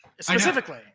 specifically